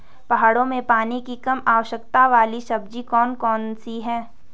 पहाड़ों में पानी की कम आवश्यकता वाली सब्जी कौन कौन सी हैं?